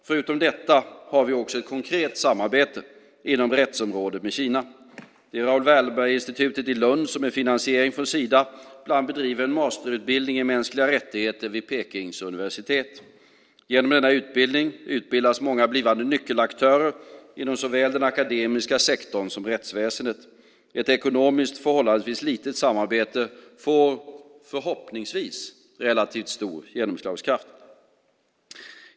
Förutom detta har vi också ett konkret samarbete inom rättsområdet med Kina. Det är Raoul Wallenberginstitutet i Lund som med finansiering från Sida bland annat driver en masterutbildning i mänskliga rättigheter vid Pekings universitet. Genom denna utbildning utbildas många blivande nyckelaktörer inom såväl den akademiska sektorn som rättsväsendet. Ett ekonomiskt förhållandevis litet samarbete får förhoppningsvis relativt stor genomslagskraft.